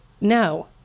No